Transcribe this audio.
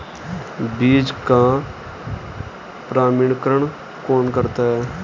बीज का प्रमाणीकरण कौन करता है?